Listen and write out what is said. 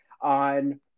on